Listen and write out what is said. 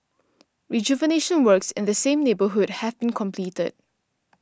rejuvenation works in the same neighbourhood have been completed